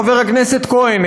חבר הכנסת כהן.